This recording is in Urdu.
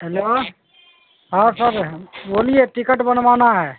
ہیلو ہاں سر بولیے ٹکٹ بنوانا ہے